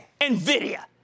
NVIDIA